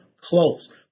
close